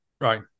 Right